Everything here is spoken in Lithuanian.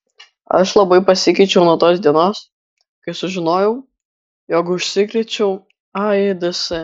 aš labai pasikeičiau nuo tos dienos kai sužinojau jog užsikrėčiau aids